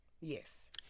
Yes